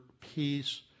peace